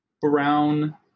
brown